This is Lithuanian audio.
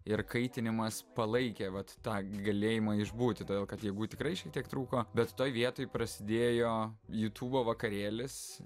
ir kaitinimas palaikė vat tą galėjimą išbūti todėl kad jėgų tikrai šiek tiek trūko bet toj vietoj prasidėjo jutūbo vakarėlis